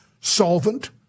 solvent